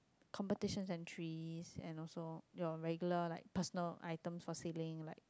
competition and treats and also your regular like personal items for celling like